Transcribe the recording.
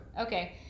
Okay